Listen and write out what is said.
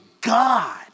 God